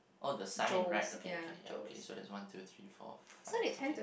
oh the sign right okay okay ya okay so there's one two three four five okay